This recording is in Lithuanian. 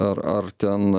ar ar ten